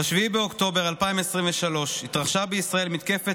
ב-7 באוקטובר 2023 התרחשה בישראל מתקפת